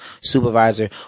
supervisor